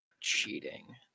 cheating